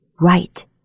right